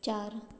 चार